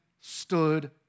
stood